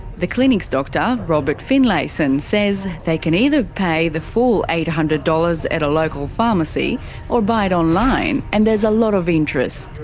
the clinic's doctor, robert finlayson, says they can either pay the full eight hundred dollars at a local pharmacy or buy it online, and there's a lot of interest.